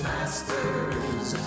Masters